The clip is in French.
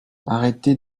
arrêtez